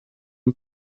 dem